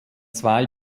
zwei